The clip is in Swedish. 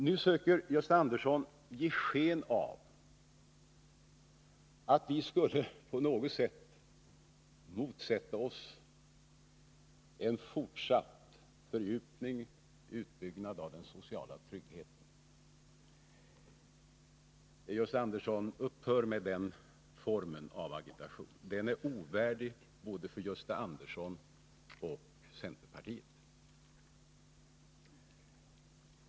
Nu söker Gösta Andersson ge sken av att vi på något sätt skulle motsätta oss en fortsatt fördjupning och utbyggnad av den sociala tryggheten. Upphör med den formen av agitation, Gösta Andersson! Den är ovärdig både Gösta Andersson och centerpartiet.